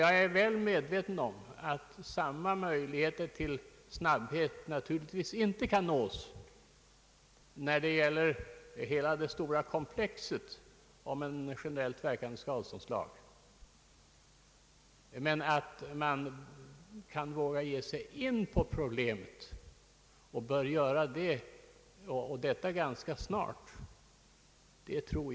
Jag är väl medveten om att samma möjlighet till snabbhet naturligtvis inte kan uppnås när det gäller hela det stora komplexet om en generellt verkande skadeståndslag. Men det är viktigt att man vågar ge sig in på problemet och göra det ganska snart.